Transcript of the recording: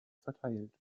verteilt